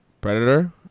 predator